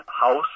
house